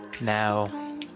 Now